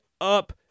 up